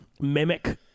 mimic